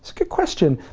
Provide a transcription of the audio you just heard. question.